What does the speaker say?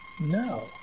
no